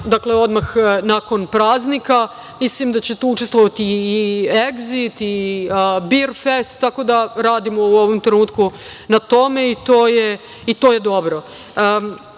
maja, odmah nakon praznika. Mislim da će tu učestvovati i Egzit i Bir fest, tako da radimo u ovom trenutku na tome. To je dobro. Mi